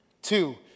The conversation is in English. Two